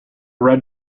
red